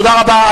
תודה רבה.